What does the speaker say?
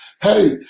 hey